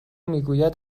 میگوید